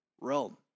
Rome